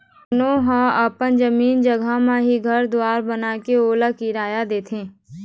कोनो ह अपन जमीन जघा म ही घर दुवार बनाके ओला किराया देथे